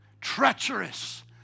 treacherous